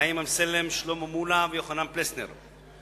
חיים אמסלם, שלמה מולה ויוחנן פלסנר.